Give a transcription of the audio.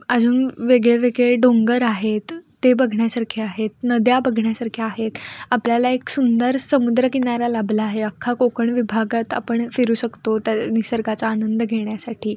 अजून वेगळे वेगळे डोंगर आहेत ते बघण्यासारखे आहेत नद्या बघण्यासारख्या आहेत आपल्याला एक सुंदर समुद्रकिनारा लाभला आहे अख्खा कोकण विभागात आपण फिरू शकतो त्या निसर्गाचा आनंद घेण्यासाठी